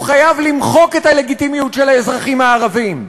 הוא חייב למחוק את הלגיטימיות של האזרחים הערבים,